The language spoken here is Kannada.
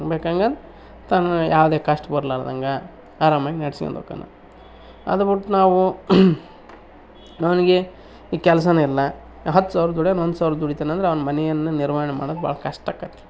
ಬೇಕಂಗೆ ತನ್ನ ಯಾವುದೇ ಕಷ್ಟ ಬರಲಾರ್ದಂಗೆ ಆರಾಮಾಗಿ ನೆಡೆಸ್ಕೊಂಡು ಹೋಗ್ತಾನೆ ಅದು ಬಿಟ್ಟು ನಾವು ನನಗೆ ಈ ಕೆಲ್ಸವೇ ಇಲ್ಲ ಹತ್ತು ಸಾವ್ರ ದುಡಿಯುವನು ಒಂದು ಸಾವ್ರ ದುಡಿತಾನೆಂದ್ರೆ ಅವ್ನ ಮನೆಯನ್ನು ನಿರ್ವಹಣೆ ಮಾಡೋಕ್ಕೆ ಭಾಳ ಕಷ್ಟ ಆಕತಿ